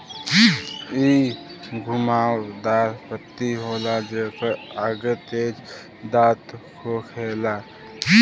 इ घुमाव दार पत्ती होला जेकरे आगे तेज दांत होखेला